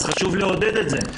אז חשוב לעודד את זה,